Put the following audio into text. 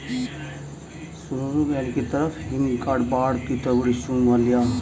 सरू बेल की तरफ हमिंगबर्ड और तितलियां ज्यादा आकर्षित होती हैं